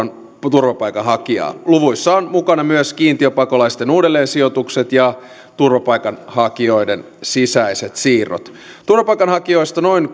turvapaikanhakijaa luvuissa ovat mukana myös kiintiöpakolaisten uudelleensijoitukset ja turvapaikanhakijoiden sisäiset siirrot turvapaikanhakijoista noin